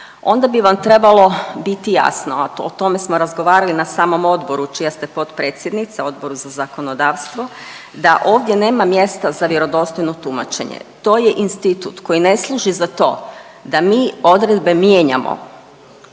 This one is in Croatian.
onda bi vam trebalo biti jasno, a o tome smo razgovarali na samom odboru čija ste potpredsjednica, Odboru za zakonodavstvo da ovdje nema mjesta za vjerodostojno tumačenje. To je institut koji ne služi za to da mi odredbe mijenjamo